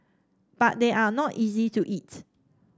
but they are not easy to eat